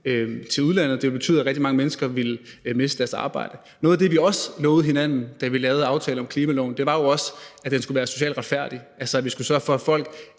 til udlandet, og det ville betyde, at rigtig mange mennesker ville miste deres arbejde. Noget af det, vi også lovede hinanden, da vi lavede aftalen om klimaloven, var jo, at den skulle være socialt retfærdig, altså at vi skulle sørge for, at folk